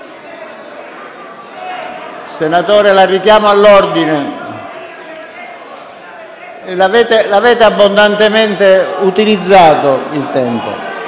Scilipoti, la richiamo all'ordine. Avete abbondantemente utilizzato il tempo